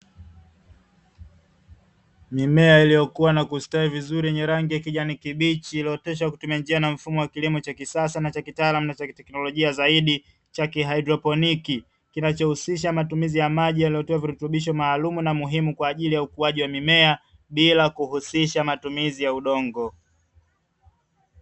Mimea iliyokuwa na kustawi vizuri yenye rangi ya kijani kibichi iliyooteshwa kwa kutumia njia na mfumo wa kilimo cha kisasa na cha kitaalamu na cha kiteknolojia zaidi, cha hydroponi, kinachohusisha matumizi ya maji yaliyotiwa virutubisho maalumu na muhimu kwa ajili ya ukuaji wa mimea, bila kuhusisha matumizi ya udongo.